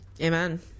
Amen